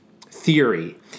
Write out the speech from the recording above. theory